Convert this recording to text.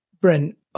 Brent